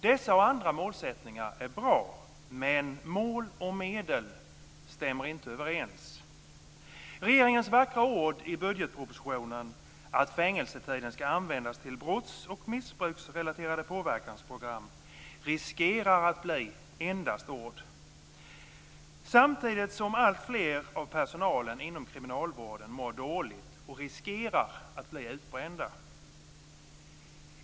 Dessa och andra mål är bra, men mål och medel stämmer inte överens. Regeringens vackra ord i budgetpropositionen att fängelsetiden ska användas till brotts och missbruksrelaterade påverkansprogram riskerar att bli endast ord, samtidigt som alltfler i personalen inom kriminalvården mår dåligt och riskerar att bli utbrända.